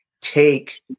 take